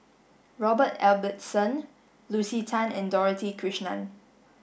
Robert Ibbetson Lucy Tan and Dorothy Krishnan